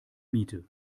miete